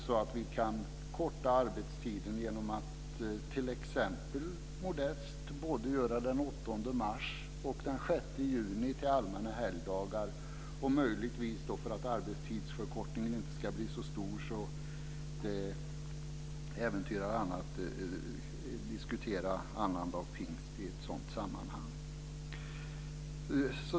Vi kan kanske korta arbetstiden genom att t.ex. modest både göra den 8 mars och den 6 juni till allmänna helgdagar. För att arbetstidsförkortningen inte ska bli så stor att det äventyrar annat kan vi möjligtvis diskutera annandag pingst i ett sådant sammanhang.